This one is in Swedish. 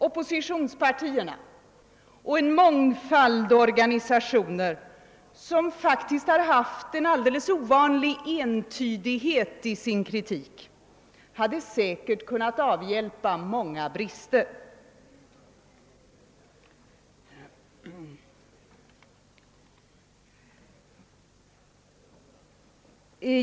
Oppositionspartierna och en mångfald organisationer, vilkas kritik av förslaget faktiskt varit alldeles ovanligt samstämmig, hade säkert kunnat avhjälpa många brister.